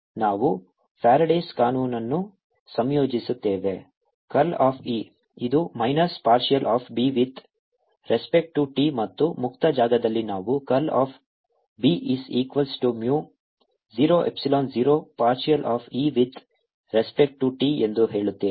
ನಾವು ಫ್ಯಾರಡೇಸ್ ಕಾನೂನನ್ನು ಸಂಯೋಜಿಸುತ್ತೇವೆ ಕರ್ಲ್ ಆಫ್ E ಇದು minus partial of B with respect to t ಮತ್ತು ಮುಕ್ತ ಜಾಗದಲ್ಲಿ ನಾವು curl of B is equals to Mu 0 Epsilon 0 partial of E with respect to t ಎಂದು ಹೇಳುತ್ತೇವೆ